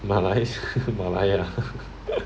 马来马来亚